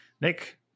Nick